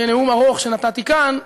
בנאום ארוך שנתתי כאן,